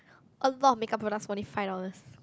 a lot of make up products for only five dollars